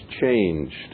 changed